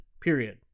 period